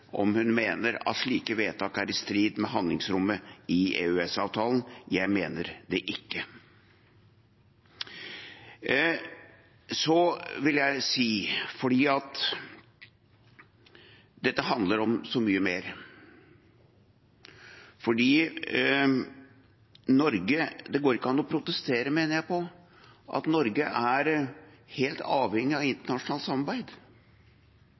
om hun mener at slike vedtak er i strid med handlingsrommet i EØS-avtalen. Jeg mener det ikke. Så vil jeg si at dette handler om så mye mer. Jeg mener at det ikke går an å protestere på at Norge er helt avhengig av internasjonalt samarbeid,